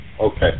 Okay